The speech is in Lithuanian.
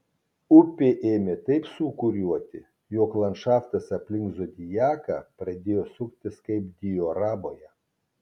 upė ėmė taip sūkuriuoti jog landšaftas aplink zodiaką pradėjo suktis kaip dioramoje